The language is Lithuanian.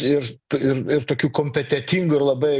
ir ir ir tokių kompetentingų ir labai